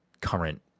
current